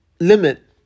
limit